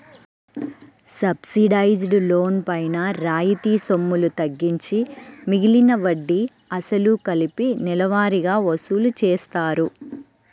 subsidised loan పైన రాయితీ సొమ్ములు తగ్గించి మిగిలిన వడ్డీ, అసలు కలిపి నెలవారీగా వసూలు చేస్తారు